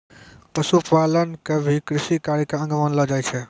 पशुपालन क भी कृषि कार्य के अंग मानलो जाय छै